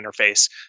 interface